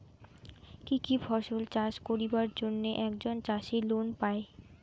কি কি ফসল চাষ করিবার জন্যে একজন চাষী লোন পায়?